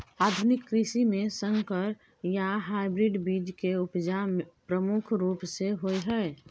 आधुनिक कृषि में संकर या हाइब्रिड बीज के उपजा प्रमुख रूप से होय हय